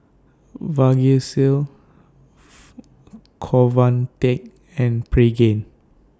Vagisil Convatec and Pregain